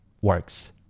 works